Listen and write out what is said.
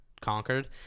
conquered